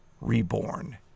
reborn